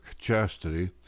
chastity